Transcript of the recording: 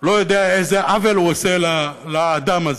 לא יודע איזה עוול הוא עושה לאדם הזה.